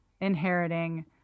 inheriting